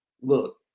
Look